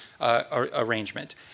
arrangement